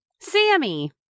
Sammy